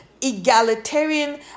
egalitarian